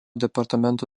departamento